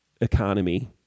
economy